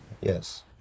yes